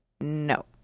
No